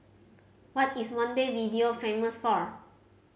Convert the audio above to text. what is Montevideo famous for